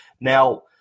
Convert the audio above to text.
Now